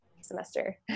semester